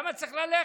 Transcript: למה צריך ללכת?